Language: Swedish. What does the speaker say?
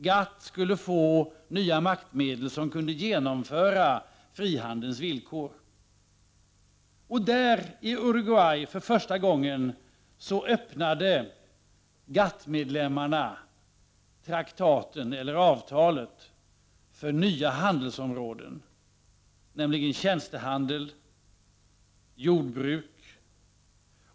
GATT skulle få nya maktmedel med vilka frihandelns villkor skulle kunna genomföras. I Uruguay öppnade GATT-medlemmarna för första gången traktaten, eller avtalen, för nya handelsområden, nämligen tjänstehandel och jordbruk.